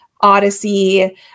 Odyssey